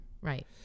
Right